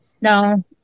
No